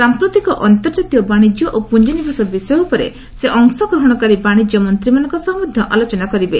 ସାମ୍ପ୍ରତିକ ଅନ୍ତର୍ଜାତୀୟ ବାଣିଜ୍ୟ ଓ ପୁଞ୍ଜିନିବେଶ ବିଷୟ ଉପରେ ସେ ଅଂଶଗ୍ରହଣକାରୀ ବାଣିଜ୍ୟ ମନ୍ତ୍ରୀମାନଙ୍କ ସହ ମଧ୍ୟ ଆଲୋଚନା କରିବେ